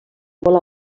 molt